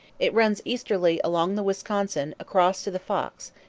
it runs easterly along the wisconsin, across to the fox,